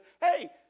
hey